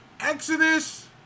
Exodus